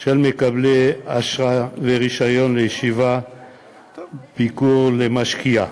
של מקבלי אשרה ורישיון לישיבת ביקור למשקיע.